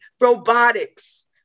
robotics